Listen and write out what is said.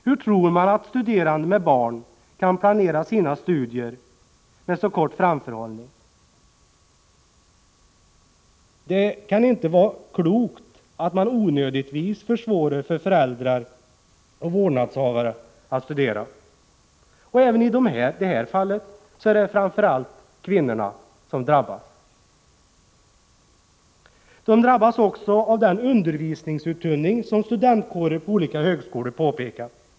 Hur tror man att studerande med barn kan planera sina studier med så kort framförhållning? Det kan inte vara klokt att man onödigtvis försvårar för föräldrar och vårdnadshavare att studera. Även i dessa fall är. det framför allt kvinnorna som drabbas. Kvinnorna drabbas också av den undervisningsuttunning som studentkårer på olika högskolor har påpekat.